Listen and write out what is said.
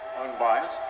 unbiased